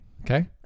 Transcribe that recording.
Okay